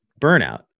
burnout